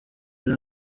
yari